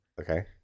Okay